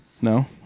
No